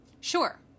Sure